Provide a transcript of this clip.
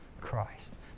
Christ